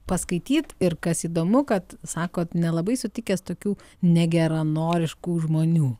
paskaityt ir kas įdomu kad sakot nelabai sutikęs tokių negeranoriškų žmonių